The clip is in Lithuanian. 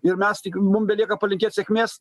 ir mes tik mum belieka palinkėt sėkmės